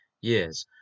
years